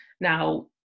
Now